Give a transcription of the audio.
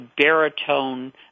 baritone